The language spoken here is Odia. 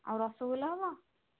ଆଉ ରସଗୋଲା ହେବ